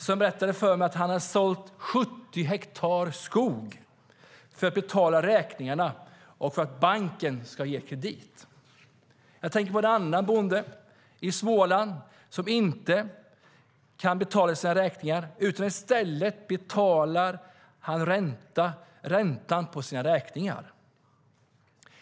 Han berättade för mig att hade sålt 70 hektar skog för att betala räkningarna och för att banken ska ge kredit. Jag tänker på en annan bonde i Småland som inte kan betala sina räkningar. I stället betalar han räntan på sina räkningar.